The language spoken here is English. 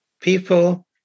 people